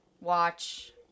watch